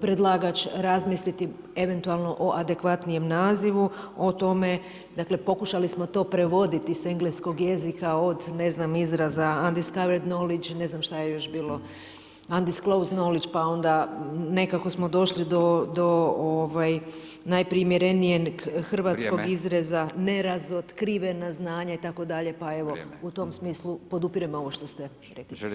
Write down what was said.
predlagač razmisliti eventualno o adekvatnijem nazivu o tome, dakle pokušali smo to prevoditi s engleskog jezika od ne znam izraza „undiscovered knowledge“, ne znam šta je još bilo „undisclosed knowledge“, pa onda nekako smo došli do najprimjerenijeg hrvatskog izraza nerazotkrivena znanja itd., pa evo u tom smislu podupirem ovo što ste rekli.